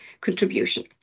contribution